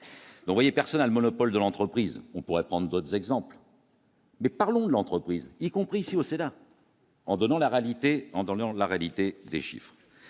PIB l'envoyé personnel, monopole de l'entreprise, on pourrait prendre d'autres exemples. Mais parlons de l'entreprise, y compris au Sénat. En donnant la réalité en dans